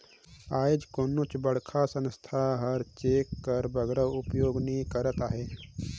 आएज कोनोच बड़खा संस्था हर चेक कर बगरा उपयोग नी करत अहे